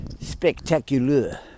spectacular